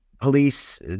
police